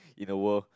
in a world